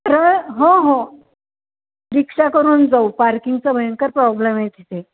र हो हो रिक्षा करून जाऊ पार्किंगचा भयंकर प्रॉब्लेम आहे तिथे